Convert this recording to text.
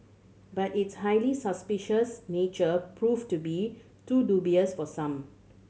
but its highly suspicious nature proved to be too dubious for some